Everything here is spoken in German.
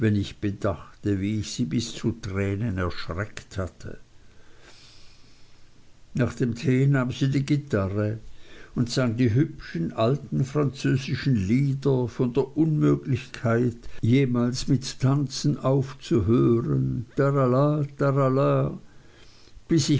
ich bedachte wie ich sie bis zu tränen erschreckt hatte nach dem tee nahm sie die gitarre und sang die hübschen alten französischen lieder von der unmöglichkeit jemals mit tanzen aufzuhören tarala tarala bis